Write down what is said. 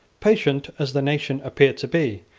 patient as the nation appeared to be,